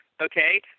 Okay